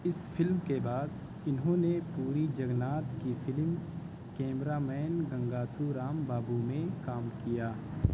اس film کے بعد انہوں نے پوری جگنادھ کی film cameraman Gangatho Rambabu میں کام کیا